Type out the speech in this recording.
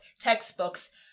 Textbooks